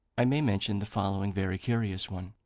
i may mention the following very curious one.